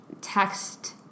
text